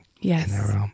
Yes